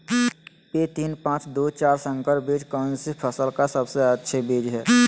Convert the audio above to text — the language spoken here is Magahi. पी तीन पांच दू चार संकर बीज कौन सी फसल का सबसे अच्छी बीज है?